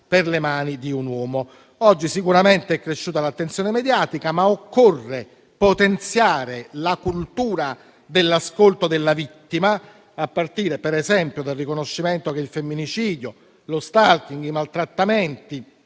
per mano di un uomo. Oggi sicuramente è cresciuta l'attenzione mediatica, ma occorre potenziare la cultura dell'ascolto della vittima, a partire, per esempio, dal riconoscimento che il femminicidio, lo *stalking*, i maltrattamenti,